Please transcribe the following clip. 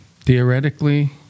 theoretically